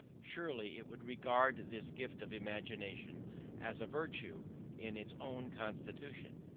surely it would regard this gift of imagination as a virtue in its own constitution,